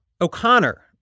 O'Connor